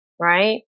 Right